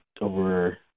over